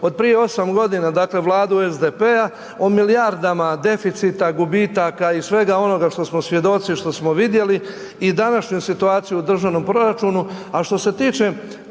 od prije 8 godina dakle Vladu SDP-a o milijardama deficita, gubitaka i svega onoga što smo svjedoci, što smo vidjeli i današnju situaciju u državnom proračunu. A što se tiče